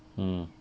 mm